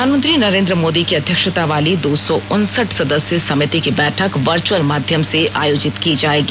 प्रधानमंत्री नरेन्द्र मोदी की अध्यक्षता वाली दो सौ उनसठ सदस्यीय समिति की बैठक वर्च्अल माध्यम से आयोजित की जाएगी